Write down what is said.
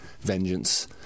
vengeance